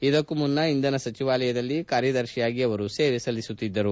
ಇದಕ್ಕೂ ಮುನ್ನ ಇಂಧನ ಸಚಿವಾಲಯದಲ್ಲಿ ಕಾರ್ಯದರ್ಶಿಯಾಗಿ ಅವರು ಸೇವೆ ಸಲ್ಲಿಸಿದ್ದಾರೆ